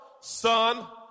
Son